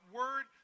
word